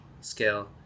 scale